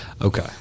Okay